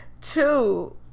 Two